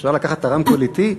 אפשר לקחת את הרמקול אתי?